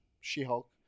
She-Hulk